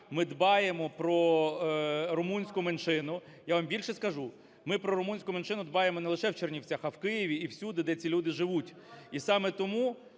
ми дбаємо про румунську меншину. Я вам більше скажу, ми про румунську меншину дбаємо не лише в Чернівцях, а в Києві і всюди, де ці люди живуть. І саме тому,